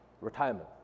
retirement